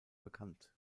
bekannt